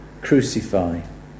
crucify